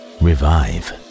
revive